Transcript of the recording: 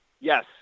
Yes